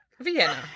Vienna